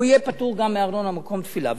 גם הוא יהיה פטור מארנונה, מקום תפילה.